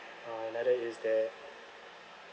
uh another is that